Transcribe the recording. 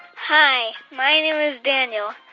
hi, my name is daniel.